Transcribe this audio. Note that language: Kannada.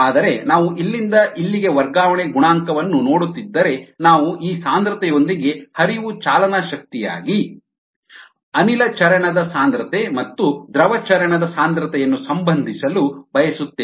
ಆದರೆ ನಾವು ಇಲ್ಲಿಂದ ಇಲ್ಲಿಗೆ ವರ್ಗಾವಣೆ ಗುಣಾಂಕವನ್ನು ನೋಡುತ್ತಿದ್ದರೆ ನಾವು ಈ ಸಾಂದ್ರತೆಯೊಂದಿಗೆ ಹರಿವು ಚಾಲನಾ ಶಕ್ತಿಯಾಗಿ ಅನಿಲ ಚರಣ ದ ಸಾಂದ್ರತೆ ಮತ್ತು ದ್ರವ ಚರಣ ದ ಸಾಂದ್ರತೆಯನ್ನು ಸಂಬಂಧಿಸಲು ಬಯಸುತ್ತೇವೆ